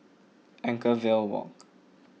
Anchorvale Walk